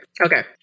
Okay